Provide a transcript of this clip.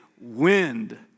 wind